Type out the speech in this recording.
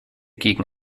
gegen